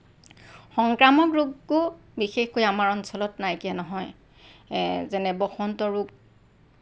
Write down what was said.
সংক্ৰামক ৰোগো বিশেষকৈ আমাৰ অঞ্চলত নাইকিয়া নহয় এ যেনে বসন্ত ৰোগ